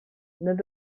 neuf